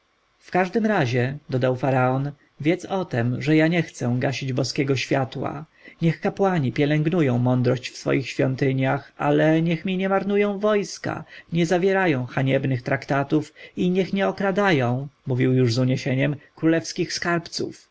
w każdym razie dodał faraon wiedz o tem że ja nie chcę gasić boskiego światła niech kapłani pielęgnują mądrość w swoich świątyniach ale niech mi nie marnują wojska nie zawierają haniebnych traktatów i niech nie okradają mówił już z uniesieniem królewskich skarbców